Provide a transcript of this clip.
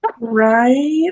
Right